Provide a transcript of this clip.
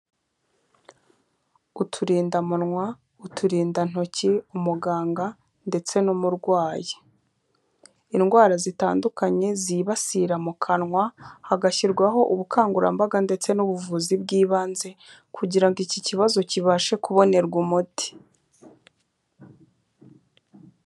Uturindamunwa, uturindantoki, umuganga ndetse n'umurwayi. Indwara zitandukanye zibasira mu kanwa hagashyirwaho ubukangurambaga ndetse n'ubuvuzi bw'ibanze kugira ngo iki kibazo kibashe kubonerwa umuti.